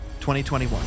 2021